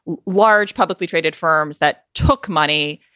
large publicly traded firms that took money.